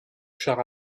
char